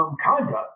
conduct